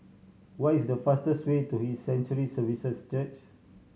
what is the fastest way to His Sanctuary Services Church